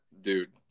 dude